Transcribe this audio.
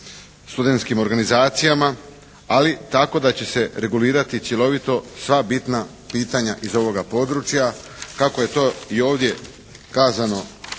studentskim organizacijama, ali tako da će se regulirati cjelovito sva bitna pitanja iz ovoga područja kako je to i ovdje kazano